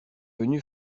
venu